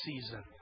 season